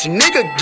nigga